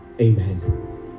amen